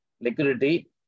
liquidity